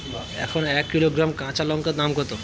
এখন এক কিলোগ্রাম কাঁচা লঙ্কার দাম কত?